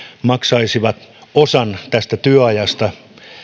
maksaisivat osan työajasta